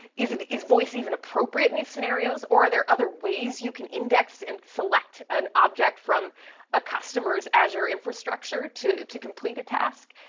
is voice even appropriate in these scenarios? or are there other ways you can index and select an object from a customer's azure infrastructure to to complete a task?